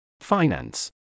Finance